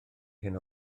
hyn